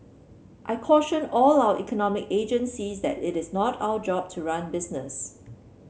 I caution all our economic agencies that it is not our job to run business